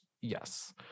Yes